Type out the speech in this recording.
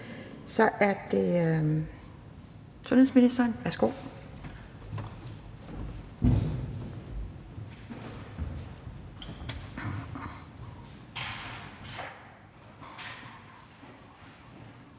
Så er det sundhedsministeren. Værsgo.